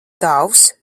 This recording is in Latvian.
tavs